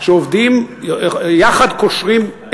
שעובדים יחד קושרים,